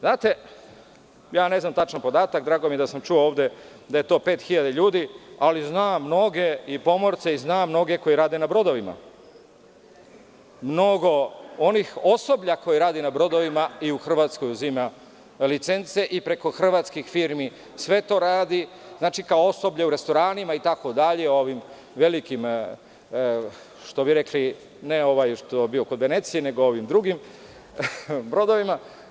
Znate, ja ne znam tačno podatak, drago mi je da sam čuo ovde da je to pet hiljada ljudi ali znam mnoge i pomorce i znammnoge koji rade na brodovima, mnogo onog osoblja koje radi na brodovima i u Hrvatskoj uzima licence i preko hrvatskih firmi sve to radi, kao osoblje u restoranima, itd. u ovim velikim, što bi rekli, ne ovaj što je bio kod Venecije, nego ovim drugim brodovima.